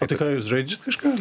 o tai ką jūs žaidžiat kažką